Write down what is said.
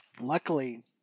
luckily